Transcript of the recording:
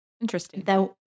Interesting